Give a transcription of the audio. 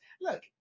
look